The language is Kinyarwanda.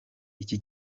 iki